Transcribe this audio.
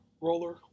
roller